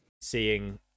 seeing